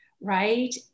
right